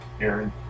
Aaron